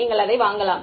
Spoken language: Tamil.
நீங்கள் அதை வாங்கலாம்